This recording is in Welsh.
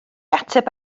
ateb